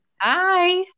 Hi